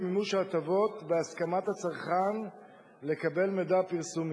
מימוש ההטבות בהסכמת הצרכן לקבל מידע פרסומי.